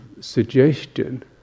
suggestion